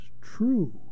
true